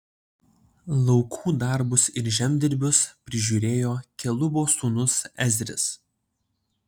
laukų darbus ir žemdirbius prižiūrėjo kelubo sūnus ezris